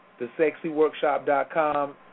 TheSexyWorkshop.com